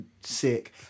sick